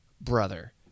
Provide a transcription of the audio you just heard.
Brother